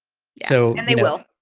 so they will,